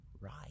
right